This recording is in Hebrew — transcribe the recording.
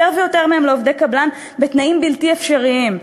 ויותר מהם לעובדי קבלן בתנאים בלתי אפשריים,